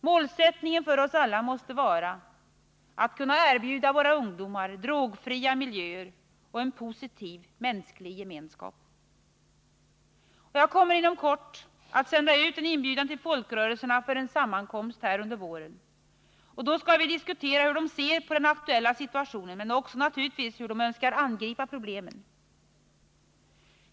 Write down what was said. Målsättningen för oss alla måste vara att kunna erbjuda våra ungdomar drogfria miljöer och en positiv mänsklig gemenskap. Jag kommer inom kort att sända ut en inbjudan till folkrörelserna för en sammankomst under våren. Då skall vi diskutera hur de ser på den aktuella situationen men naturligtvis också hur de önskar angripa problemen.